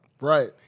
Right